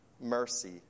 mercy